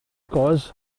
cause